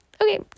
okay